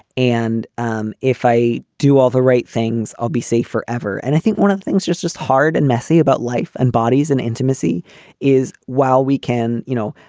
and um if i do all the right things, i'll be safe forever. and i think one of the things just just hard and messy about life and bodies and intimacy is while we can, you know,